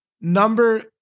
Number